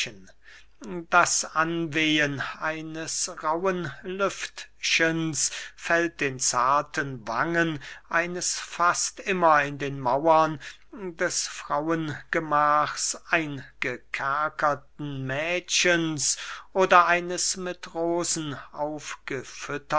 das anwehen eines rauhen lüftchens fällt den zarten wangen eines fast immer in den mauern des frauengemachs eingekerkerten mädchens oder eines mit rosen